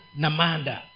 namanda